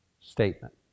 statement